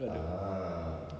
ah